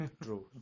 True